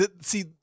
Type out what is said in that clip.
see